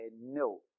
no